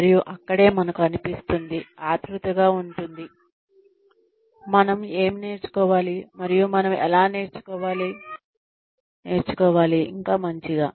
మరియు అక్కడే మనకు అనిపిస్తుంది ఆత్రుతగా ఉంటుంది మనం ఏమి నేర్చుకోవాలి మరియు మనం ఎలా నేర్చుకోవాలి ఇంకా మంచిగా